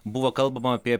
buvo kalbama apie